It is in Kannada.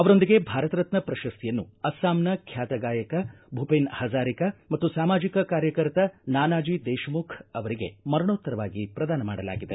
ಅವರೊಂದಿಗೆ ಭಾರತರತ್ನ ಪ್ರಶಸ್ತಿಯನ್ನು ಅಸ್ಲಾಂನ ಖ್ಯಾತ ಗಾಯಕ ಭೂಪೇನ್ ಹಜ್ಗಾರಿಕಾ ಮತ್ತು ಸಾಮಾಜಿಕ ಕಾರ್ಯಕರ್ತ ನಾನಾಜಿ ದೇಶಮುಖ ಅವರಿಗೆ ಮರಣೋತ್ತರವಾಗಿ ಪ್ರದಾನ ಮಾಡಲಾಗಿದೆ